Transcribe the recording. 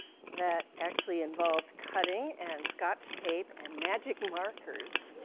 that actually involved cutting, and scotch tape, and magic markers,